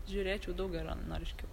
žiūrėčiau daug geranoriškiau